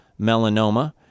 melanoma